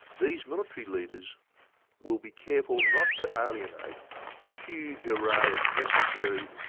these military leaders will be careful not to alienate the huge array of necessary,